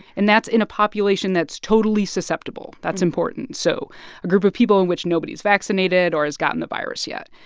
and that's in a population that's totally susceptible that's important so a group of people in which nobody's vaccinated or has gotten the virus yet.